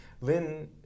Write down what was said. Lynn